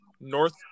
North